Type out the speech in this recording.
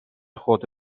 خود